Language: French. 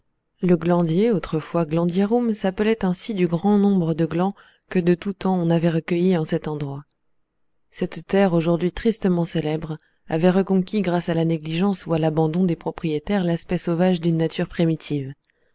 le glandier autrefois glandierum s'appelait ainsi du grand nombre de glands que de tout temps on avait recueillis en cet endroit cette terre aujourd'hui tristement célèbre avait reconquis grâce à la négligence ou à l'abandon des propriétaires l'aspect sauvage d'une nature primitive